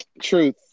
Truth